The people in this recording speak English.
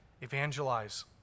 evangelize